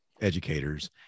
educators